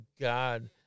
God